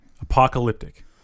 Apocalyptic